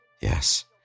Yes